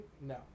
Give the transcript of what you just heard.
No